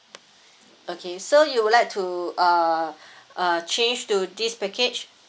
okay so you'd like to uh uh change to this package